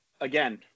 again